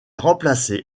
remplacer